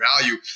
value